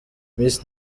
miss